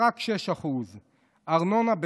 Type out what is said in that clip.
רק 6%; ארנונה,